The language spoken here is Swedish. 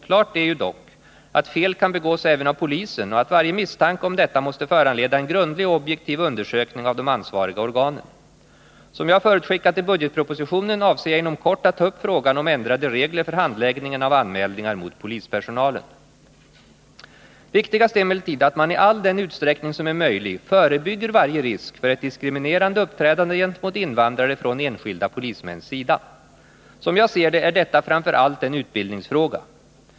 Klart är ju dock att fel kan begås även av polisen och att varje misstanke om detta måste föranleda en grundlig och objektiv undersökning av de ansvariga organen. Som jag har förutskickat i budgetpropositionen avser jag att inom kort ta upp frågan om ändrade regler för handläggningen av anmälningar mot polispersonalen. Viktigast är emellertid att man i all den utsträckning som är möjlig förebygger varje risk för ett diskriminerande uppträdande gentemot invandrare från enskilda polismäns sida. Som jag ser det är detta framför allt en utbildningsfråga.